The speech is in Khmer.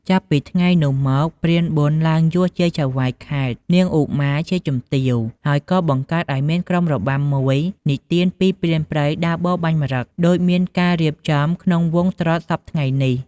ចាប់ពី ថ្ងៃនោះមក ព្រានប៊ុនឡើងយសជាចៅហ្វាយខេត្ត នាងឧមាជាជំទាវ ហើយក៏បង្កើតឱ្យមានក្រុមរបាំមួយនិទានពីព្រានដើរបរបាញ់ម្រឹត ដូចមានការរៀបចំក្នុងវង់ត្រុដិសព្វថ្ងៃនេះ។